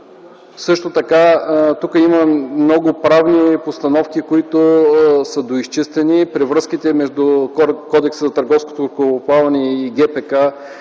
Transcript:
ни флаг. Тук има много правни постановки, които са доизчистени: при връзките между Кодекса на търговското корабоплаване и ГПК